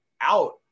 out